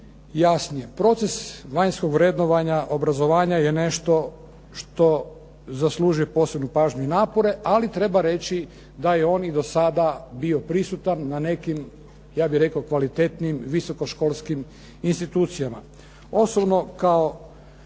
jasnije. Proces vanjskog vrednovanja obrazovanja je nešto što zaslužuje posebnu pažnju i napore, ali treba reći da je on i do sada bio prisutan na nekim ja bih rekao kvalitetnijim visokoškolskim institucijama. Osobno kao